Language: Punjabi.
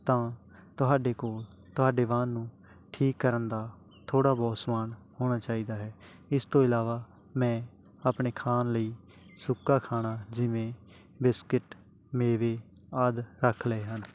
ਤਾਂ ਤੁਹਾਡੇ ਕੋਲ ਤੁਹਾਡੇ ਵਾਹਨ ਨੂੰ ਠੀਕ ਕਰਨ ਦਾ ਥੋੜ੍ਹਾ ਬਹੁਤ ਸਮਾਨ ਹੋਣਾ ਚਾਹੀਦਾ ਹੈ ਇਸ ਤੋਂ ਇਲਾਵਾ ਮੈਂ ਆਪਣੇ ਖਾਣ ਲਈ ਸੁੱਕਾ ਖਾਣਾ ਜਿਵੇਂ ਬਿਸਕਿਟ ਮੇਵੇ ਆਦਿ ਰੱਖ ਲਏ ਹਨ